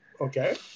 Okay